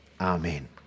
Amen